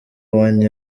wine